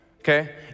Okay